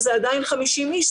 אז זה עדיין 50 איש,